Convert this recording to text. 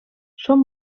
són